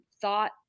thought